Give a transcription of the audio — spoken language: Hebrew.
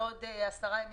לעוד עשרה ימים.